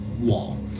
wall